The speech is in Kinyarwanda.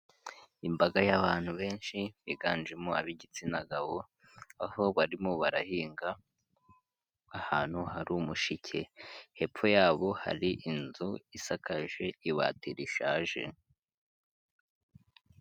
Imbaga y'abantu benshi biganjemo ab'igitsina gabo, aho barimo barahinga ahantu hari umushike. Hepfo yabo hari inzu isakaje ibati rishaje.